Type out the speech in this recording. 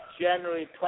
January